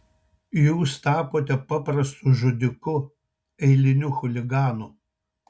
jūs tapote paprastu žudiku eiliniu chuliganu